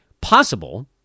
possible